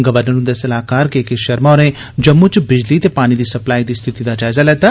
governor हुन्दे सलाहकार K K Sharma होरें जम्मू च बिजली ते पानी सप्लाई दी स्थिती दा जायजा लैता